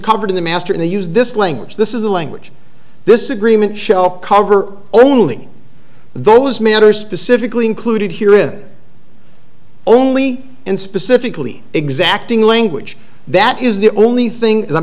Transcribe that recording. covered in the master and they use this language this is the language this agreement shall cover only those matters specifically included here it only and specifically exacting language that is the only thing is a